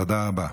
תודה רבה.